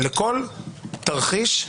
כל חבר כנסת יש לו זכות להשמיע את קולו.